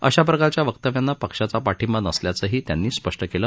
अशा प्रकारच्या वक्तव्यांना पक्षाचा पाठिंबा नसल्याचेही त्यांनी स्पष्ट केले